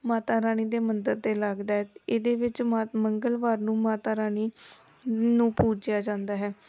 ਮਾਤਾ ਰਾਣੀ ਦੇ ਮੰਦਰ 'ਤੇ ਲੱਗਦਾ ਹੈ ਇਹਦੇ ਵਿੱਚ ਮਾਤ ਮੰਗਲਵਾਰ ਨੂੰ ਮਾਤਾ ਰਾਣੀ ਨੂੰ ਪੂਜਿਆ ਜਾਂਦਾ ਹੈ